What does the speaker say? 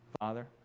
Father